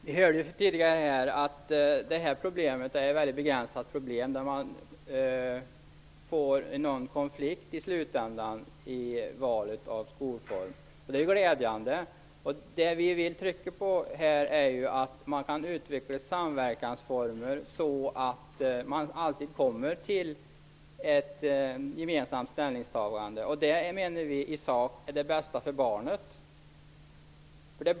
Herr talman! Vi hörde här tidigare att detta problem är mycket begränsat. Det är få fall som leder till konflikt i slutändan när det gäller valet av skolform. Det är glädjande. Vi vill trycka på att man kan utveckla samverkansformer så att ett gemensamt ställningstagande aldrig blir aktuellt. Vi menar att det i sak är det bästa för barnet.